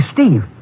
Steve